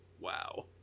wow